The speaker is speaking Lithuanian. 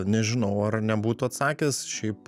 nežinau ar nebūtų atsakęs šiaip